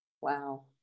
Wow